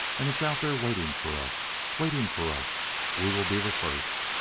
and it's out there waiting for us. waiting for us we will be the first.